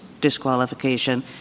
disqualification